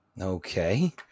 Okay